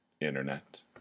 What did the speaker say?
Internet